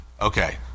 Okay